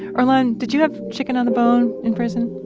earlonne, did you have chicken on the bone in prison?